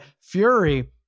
Fury